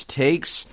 takes